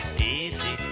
Easy